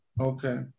Okay